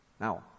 now